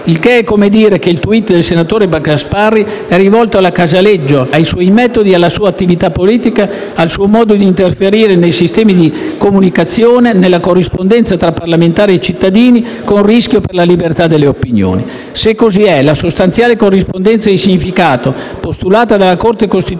Il che è come dire che il *tweet* del senatore Gasparri è rivolto alla Casaleggio Associati Srl, ai suoi metodi, alla sua attività politica, al suo modo di interferire nei sistemi di comunicazione, nella corrispondenza tra parlamentari e cittadini, con rischi per la libertà delle opinioni. Se così è, la sostanziale corrispondenza di significato, postulata dalla Corte costituzionale,